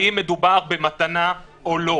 האם מדובר במתנה או לא.